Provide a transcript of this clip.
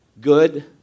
good